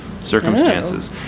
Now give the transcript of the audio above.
circumstances